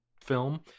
film